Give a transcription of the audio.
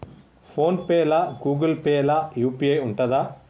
Phone pay లా Google Pay లా UPI ఉంటదా?